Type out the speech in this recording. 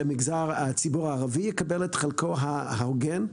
שהציבור הערבי יקבל את חלקו ההוגן.